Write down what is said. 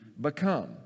become